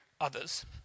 others